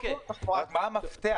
רק מה המפתח?